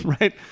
right